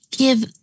give